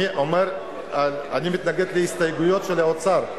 אני מתנגד להסתייגויות של האוצר.